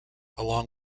along